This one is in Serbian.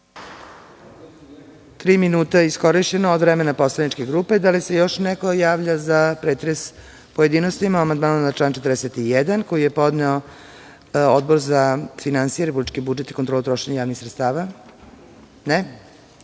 minuta od vremena poslaničke grupe. Da li se još neko javlja za pretres u pojedinostima o amandmanu na član 41. koji je podneo Odbor za finansije, republički budžet i kontrolu trošenja javnih sredstava?